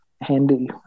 handy